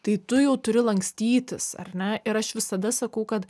tai tu jau turi lankstytis ar ne ir aš visada sakau kad